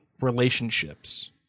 relationships